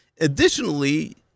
Additionally